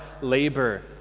labor